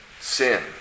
Sin